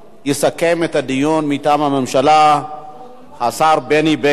יסכם את הדיון מטעם הממשלה השר בני בגין.